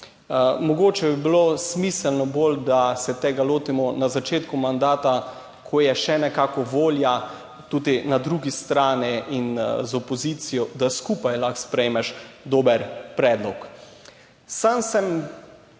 Mogoče bi bilo smiselno bolj, da se tega lotimo na začetku mandata, ko je še nekako volja tudi na drugi strani in z opozicijo, da skupaj lahko sprejmeš dober predlog. Sam sem